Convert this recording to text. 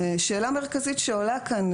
שאלה מרכזית שעולה כאן,